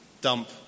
dump